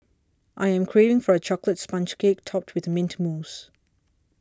I am craving for a Chocolate Sponge Cake Topped with Mint Mousse